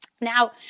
Now